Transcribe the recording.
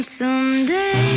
someday